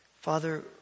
Father